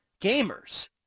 gamers